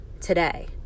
today